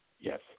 Yes